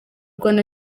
rwanda